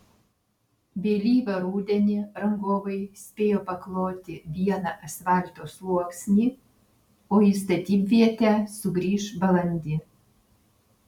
vėlyvą rudenį rangovai spėjo pakloti vieną asfalto sluoksnį o į statybvietę sugrįš balandį